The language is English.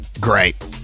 Great